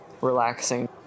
Relaxing